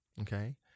Okay